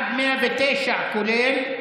109, כולל,